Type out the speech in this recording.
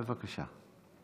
בבקשה.